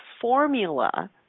formula